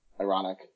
ironic